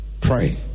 Pray